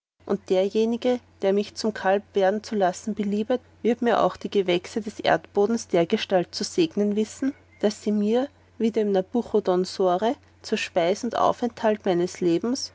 und derjenige der mich zum kalb werden zu lassen beliebet wird mir auch die gewächse des erdbodens dergestalt zu segnen wissen daß sie mir wie dem nabuchodonosore zur speis und aufenthalt meines lebens